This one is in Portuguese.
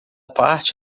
parte